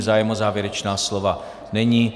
Zájem o závěrečná slova není.